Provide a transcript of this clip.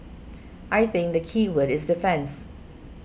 I think the keyword is defence